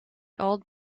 old